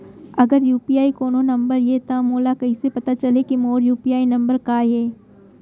अगर यू.पी.आई कोनो नंबर ये त मोला कइसे पता चलही कि मोर यू.पी.आई नंबर का ये?